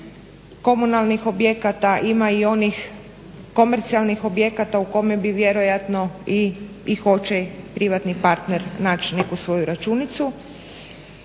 komunalnih objekata ima i onih komercijalnih objekata u kome bi vjerojatno i hoće privatni partner naći neku svoju računicu.